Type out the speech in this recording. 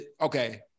okay